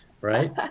Right